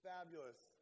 Fabulous